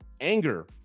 anger